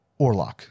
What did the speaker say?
orlock